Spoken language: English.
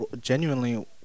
genuinely